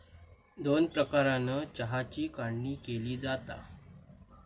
दोन प्रकारानं चहाची काढणी केली जाता